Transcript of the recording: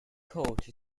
coat